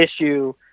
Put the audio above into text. issue